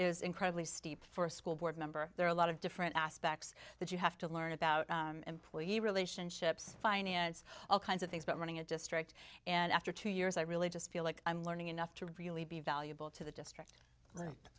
is incredibly steep for a school board member there are a lot of different aspects that you have to learn about employee relationships finance all kinds of things but running a district and after two years i really just feel like i'm learning enough to really be valuable to the district